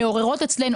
נסיבות,